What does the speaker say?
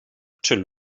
czy